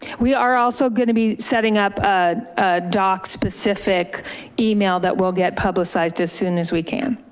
we are also gonna be setting up a doc specific email that will get publicized as soon as we can.